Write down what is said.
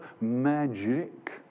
magic